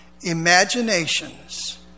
imaginations